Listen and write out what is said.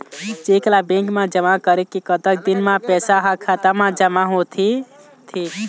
Cheque ला bank मा जमा करे के कतक दिन मा पैसा हा खाता मा जमा होथे थे?